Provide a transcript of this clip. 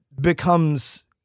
becomes